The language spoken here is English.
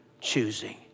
choosing